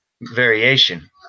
variation